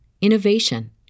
innovation